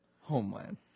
homeland